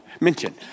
mention